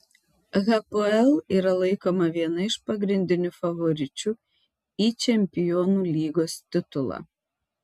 hapoel yra laikoma viena iš pagrindinių favoričių į čempionų lygos titulą